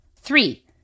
Three